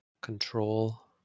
control